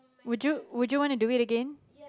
would you would you wanna do it again